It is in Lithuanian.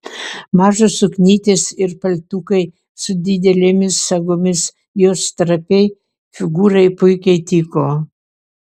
mažos suknytės ir paltukai su didelėmis sagomis jos trapiai figūrai puikiai tiko